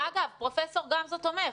אגב, פרופ' גמזו תומך.